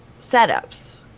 setups